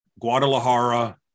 Guadalajara